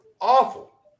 Awful